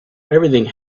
everything